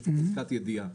יש פה חזקת ידיעה.